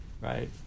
right